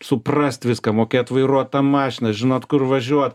suprast viską mokėt vairuot tą mašiną žinot kur važiuot